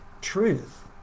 truth